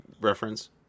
reference